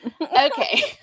Okay